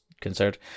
concerned